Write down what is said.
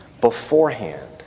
beforehand